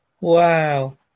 Wow